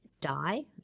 die